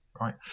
right